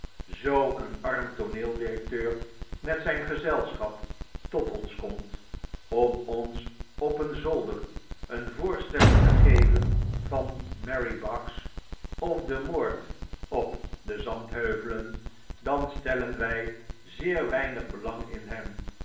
zoo een arm tooneel directeur met zyn gezelschap tot ons komt om ons op een zolder een voorstelling te geven van mary bax ofdemoord op de zandheuvelen dan stellen wy zeer weinig belang in hem